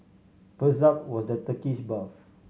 first up was the Turkish bath